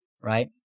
right